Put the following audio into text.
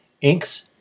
Inks